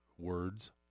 words